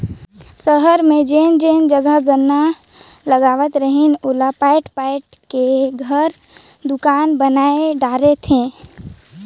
सहर मे जेन जग जुन्ना तलवा रहिस ओला पयाट पयाट क घर, दुकान बनाय डारे थे